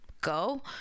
go